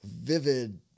vivid